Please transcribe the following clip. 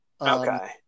Okay